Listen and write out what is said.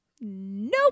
Nope